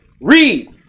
Read